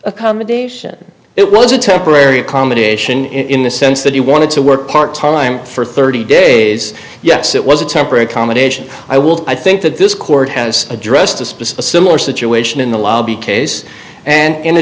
accommodation it was a temporary accommodation in the sense that you wanted to work part time for thirty days yes it was a temporary accommodation i will i think that this court has addressed a specific situation in the lobby case and